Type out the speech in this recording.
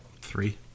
Three